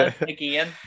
again